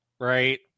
Right